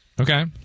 Okay